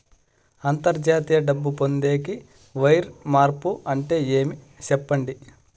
అంతర్జాతీయ డబ్బు పొందేకి, వైర్ మార్పు అంటే ఏమి? సెప్పండి?